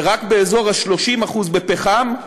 ורק באזור ה-30% בפחם,